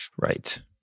Right